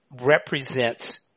represents